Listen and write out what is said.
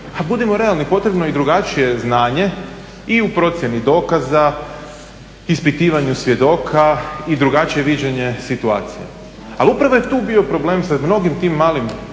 budimo realni potrebno je i drugačije znanje i u procjeni dokaza, ispitivanju svjedoka i drugačije viđenje situacije. Ali upravo je tu bio problem sa mnogim tim malim